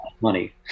money